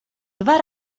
dwa